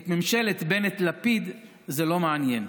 את ממשלת בנט-לפיד זה לא מעניין.